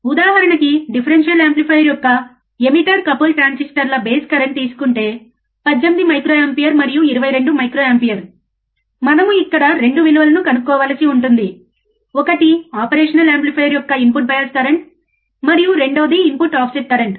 ఉదాహరణకి differential amplifier యొక్క emitter couple ట్రాన్సిస్టర్ల బేస్ కరెంట్ తీసుకుంటే 18 మైక్రో ఆంపియర్ మరియు 22 మైక్రో ఆంపియర్ మనము ఇక్కడ రెండు విలువలను కనుక్కో వలసి ఉంటుంది ఒకటి ఆపరేషన్ యాంప్లిఫైయర్ యొక్క ఇన్పుట్ బయాస్ కరెంట్ మరియు రెండవది ఇన్పుట్ ఆఫ్సెట్ కరెంట్